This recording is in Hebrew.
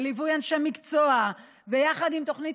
בליווי אנשי מקצוע ויחד עם תוכנית